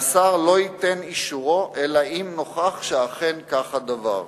והשר לא ייתן אישורו אלא אם נוכח שאכן כך הדבר.